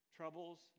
Troubles